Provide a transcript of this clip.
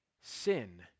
sin